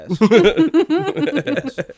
Yes